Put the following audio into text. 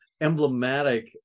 emblematic